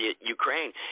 Ukraine